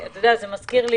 זה מזכיר לי